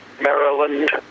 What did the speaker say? Maryland